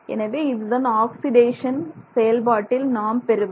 எனவே இதுதான் ஆக்சிடேஷன் செயல்பாட்டில் நாம் பெறுவது